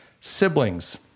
siblings